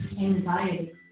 anxiety